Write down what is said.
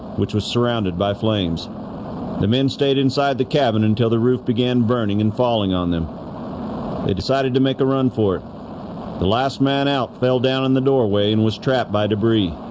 which was surrounded by flames the men stayed inside the cabin until the roof began burning and falling on them they decided to make a run for it the last man out fell down in the doorway and was trapped by debris